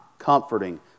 Comforting